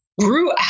grew